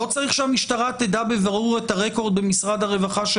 לא צריך שהמשטרה תדע בבירור את הרקורד במשרד הרווחה של